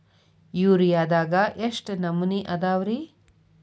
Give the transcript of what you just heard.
ಯೂರಿಯಾದಾಗ ಎಷ್ಟ ನಮೂನಿ ಅದಾವ್ರೇ?